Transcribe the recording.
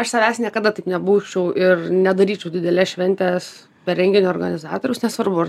aš savęs niekada taip nebausčiau ir nedaryčiau didelės šventės be renginio organizatoriaus nesvarbu ar